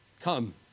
come